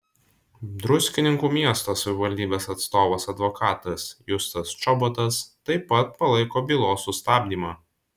druskininkų miesto savivaldybės atstovas advokatas justas čobotas taip pat palaiko bylos sustabdymą